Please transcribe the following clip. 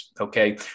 okay